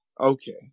okay